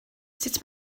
sut